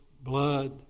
blood